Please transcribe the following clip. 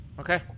Okay